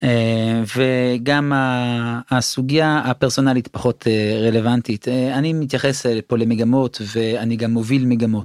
וגם הסוגייה הפרסונלית פחות רלוונטית. אני מתייחס לפה למגמות ואני גם מוביל מגמות.